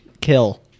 kill